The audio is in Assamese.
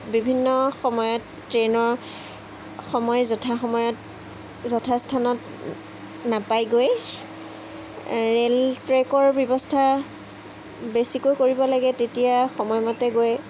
বিভিন্ন সময়ত ট্ৰেইনৰ সময় যথা সময়ত যথাস্থানত নাপায়গৈ ৰেল ট্ৰেকৰ ব্যৱস্থা বেছিকৈ কৰিব লাগে তেতিয়া সময়মতে গৈ